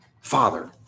father